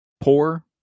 poor